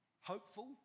hopeful